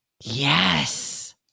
Yes